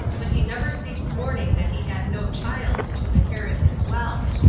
but he never ceased mourning that he had no child to inherit his wealth.